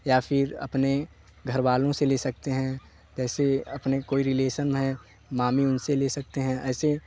या फिर अपने घर वालों से ले सकते हैं पैसे अपने कोई रिलेसन है मामी उन से ले सकते हैं ऐसे